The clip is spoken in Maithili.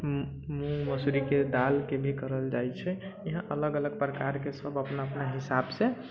मूँग मसूरी के दालि के भी करल जाइ छै यहाँ अलग अलग प्रकार के सब अपना अपना हिसाब से